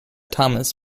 thomas